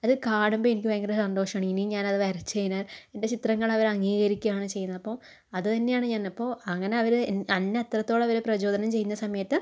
അത് കാണുമ്പോൾ എനിക്ക് ഭയങ്കര സന്തോഷമാണ് ഇനിയും ഞാനത് വരച്ച് ഇങ്ങനെ എൻ്റെ ചിത്രങ്ങളവർ അംഗീകരിക്കുകയാണ് ചെയ്യുന്നത് അപ്പോൾ അത് തന്നെയാണ് ഞാൻ അപ്പോൾ അങ്ങനെ അവർ എന്നെ എത്രത്തോളം അവർ പ്രചോദനം ചെയ്യുന്ന സമയത്ത്